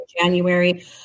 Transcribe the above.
january